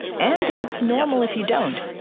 and it's normal if you don't.